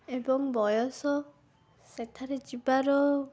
ଏବଂ ବୟସ ସେଠାରେ ଯିବାର